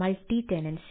multi tenancy